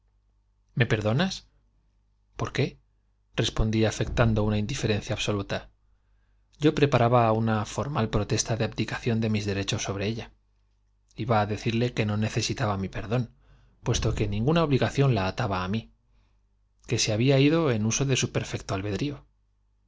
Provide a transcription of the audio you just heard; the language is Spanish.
me perdonas por qué respondí afectando una indiferencia absoluta yo preparaba una formal protesta de abdicación de mis derechos sobre ella iba á decirle que no necesitaba mi perdón puesto que ninguna obligación la ataba á mí que se había ido en uso de su perfecto albedrío